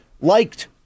liked